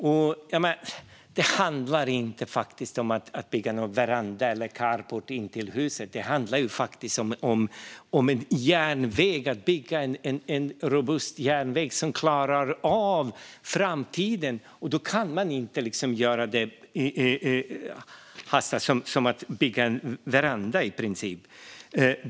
Men det handlar faktiskt inte om att bygga någon veranda eller carport intill huset. Det handlar om att bygga en robust järnväg som klarar av framtiden. Det kan man inte göra i princip som man bygger en veranda.